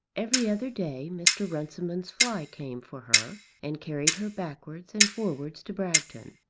every other day mr. runciman's fly came for her and carried her backwards and forwards to bragton.